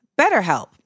BetterHelp